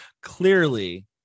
clearly